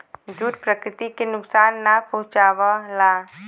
jute प्रकृति के नुकसान ना पहुंचावला